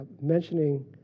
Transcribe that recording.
mentioning